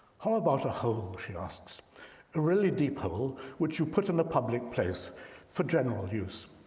how about a hole, she asks, a really deep hole which you put in a public place for general use,